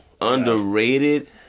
Underrated